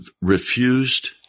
refused